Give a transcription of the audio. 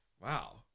Wow